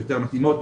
יותר מתאימות,